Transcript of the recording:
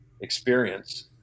experience